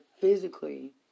physically